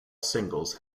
singles